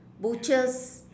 butchers